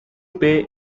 pay